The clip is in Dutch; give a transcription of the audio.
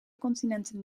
continenten